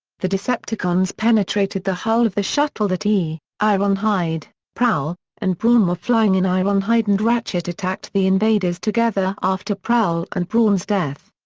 the decepticons penetrated the hull of the shuttle that he, ironhide, prowl, and brawn were flying in. ironhide and ratchet attacked the invaders together after prowl and brawn's death.